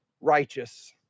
righteous